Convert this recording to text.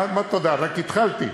מה תודה, רק התחלתי.